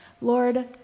Lord